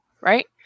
right